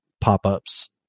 pop-ups